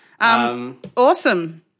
Awesome